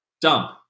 dump